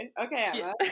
Okay